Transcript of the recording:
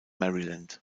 maryland